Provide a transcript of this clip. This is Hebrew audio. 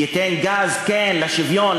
ייתן גז לשוויון,